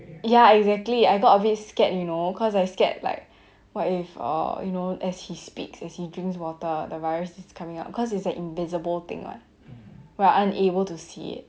ya exactly I got scared you know cause I scared like what if you know as he speaks as he drinks water the virus is coming out cause it's an invisible thing what we are unable to see it